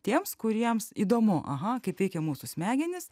tiems kuriems įdomu aha kaip veikia mūsų smegenys